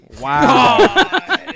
Wow